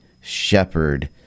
shepherd